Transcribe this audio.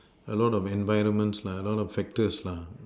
follow the environment lah a lot of factors lah